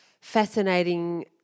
fascinating